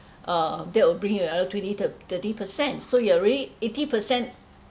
uh that will bring you another twenty to thirty percent so you're already eighty percent